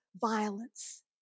violence